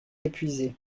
épuisé